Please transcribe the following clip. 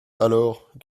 alors